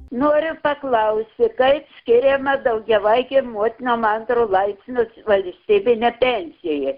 noriu paklausti kaip skiriama daugiavaikėm motinom antro laipsnio valstybinė pensija